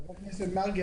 חבר הכנסת מרגי,